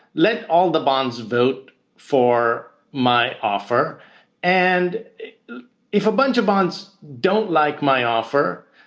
let all the bonds vote for my offer and if a bunch of bonds don't like my offer.